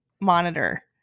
monitor